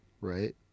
right